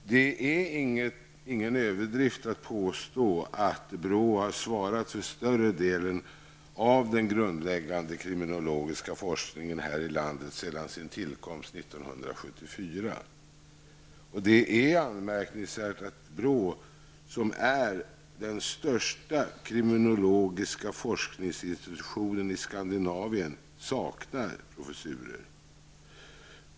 Det är ingen överdrift att påstå att BRÅ har svarat för större delen av den grundläggande kriminologiska forskningen här i landet sedan sin tillkomst 1974. Det är anmärkningsvärt att BRÅ, som är den största kriminologiska forskningsinstitutionen i Skandinavien, saknar professurer.